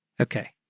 Okay